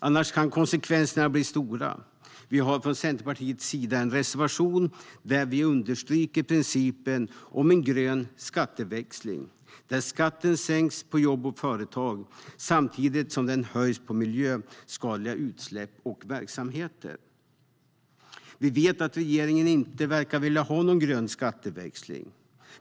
Annars kan konsekvenserna bli stora. STYLEREF Kantrubrik \* MERGEFORMAT InkomstskattRegeringen verkar inte vilja ha någon grön skatteväxling.